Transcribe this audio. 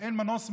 ואין מנוס מזה,